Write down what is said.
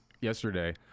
yesterday